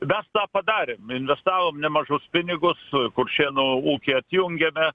mes tą padarėm investavom nemažus pinigus kuršėnų ūkį atjungėme